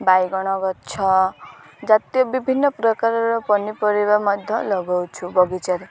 ବାଇଗଣ ଗଛ ଜାତୀୟ ବିଭିନ୍ନ ପ୍ରକାରର ପନିପରିବା ମଧ୍ୟ ଲଗାଉଛୁ ବଗିଚାରେ